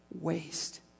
waste